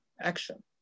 action